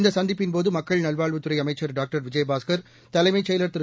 இந்த சந்திப்பின்போது மக்கள் நல்வாழ்வுத்துறை அமைச்சர் டாக்டர் விஜயபாஸ்கர் தலைமைச் செயலர் திரு